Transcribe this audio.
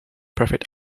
perfect